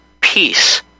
peace